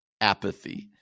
apathy